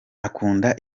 akunda